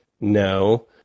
No